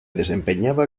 desempeñaba